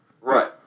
Right